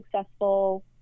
successful